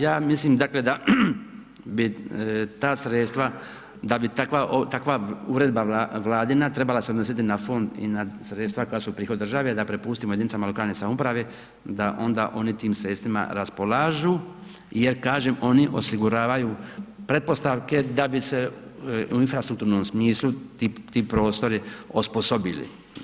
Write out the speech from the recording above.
Ja mislim dakle, da bi ta sredstva, da bi takva uredba Vladina trebala se odnositi na fond i na sredstva koja su prihod države, da prepustimo jedinicama lokalne samouprave da onda oni tim sredstvima raspolažu jer kažem, oni osiguravaju pretpostavke da bi se u infrastrukturnom smislu ti prostori osposobili.